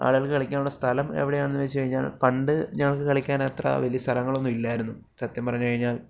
ആളുകൾക്ക് കളിക്കാനുള്ള സ്ഥലം എവിടെയാണെന്ന് വെച്ച് കഴിഞ്ഞാൽ പണ്ട് ഞങ്ങൾക്ക് കളിക്കാനത്ര വലിയ സ്ഥലങ്ങളൊന്നും ഇല്ലായിരുന്നു സത്യം പറഞ്ഞു കഴിഞ്ഞാൽ